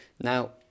Now